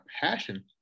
passion